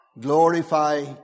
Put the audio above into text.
Glorify